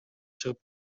чыгып